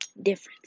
difference